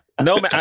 No